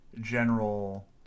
general